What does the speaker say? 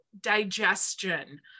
digestion